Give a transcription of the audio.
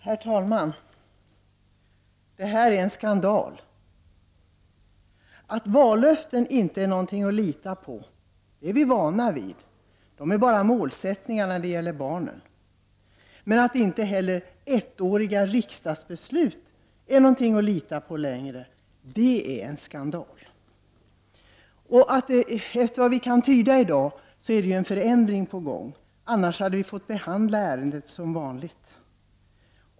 Herr talman! Det här är en skandal! Att vallöften inte är någonting att lita på är vi vana vid — dessa är när det gäller barn bara målsättningar. Men att inte heller ettåriga riksdagsbeslut längre är någonting att lita på, det är en skandal. Efter vad vi kan se i dag är det en förändring på gång — annars hade vi fått behandla ärendet som vanligt.